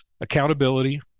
accountability